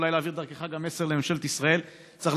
ואולי להעביר דרכך גם מסר לממשלת ישראל: צריך